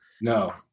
No